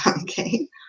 okay